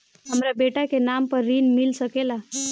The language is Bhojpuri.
हमरा बेटा के नाम पर ऋण मिल सकेला?